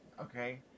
okay